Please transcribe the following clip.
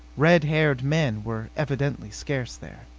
red-haired men were evidently scarce there.